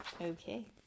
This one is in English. Okay